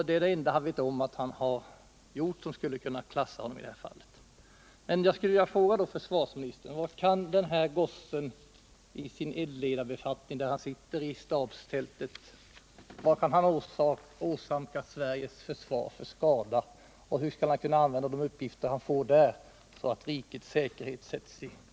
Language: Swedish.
Det är det enda han känner till som han tror skulle kunna diskvalificera honom i detta fall. Jag vill fråga försvarsministern: Vad kan den här gossen i sin eldledarbe I fattning i stabstältet åsamka Sveriges försvar för skada, och hur skall han kunna använda de uppgifter han där får, så att rikets säkerhet sätts i fara?